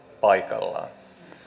paikallaan